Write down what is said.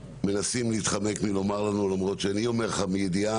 מנסים להתחמק מלומר לנו למרות שאני אומר לך מידיעה,